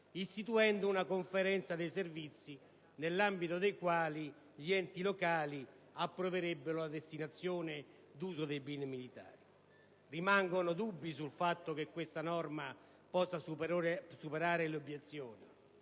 istituendo una Conferenza dei servizi nell'ambito della quale gli enti locali approverebbero la destinazione d'uso dei beni militari. Rimangono dubbi sul fatto che questa norma possa superare le obiezioni.